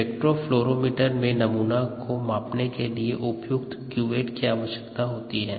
spectrofluorometer में नमूना को मापने के लिए उपयुक्त क्युवेट की आवश्यकता होती है